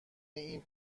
این